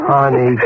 Honey